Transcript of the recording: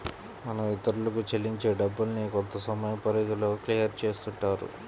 మనం ఇతరులకు చెల్లించే డబ్బుల్ని కొంతసమయం పరిధిలో క్లియర్ చేస్తుంటారు